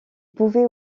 pouvait